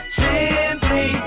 simply